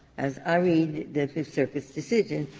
as i read the fifth circuit's decision,